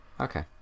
Okay